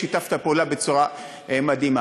שיתפת פעולה בצורה מדהימה.